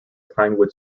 pinewood